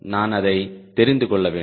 நான் அதை தெரிந்து கொள்ள வேண்டும்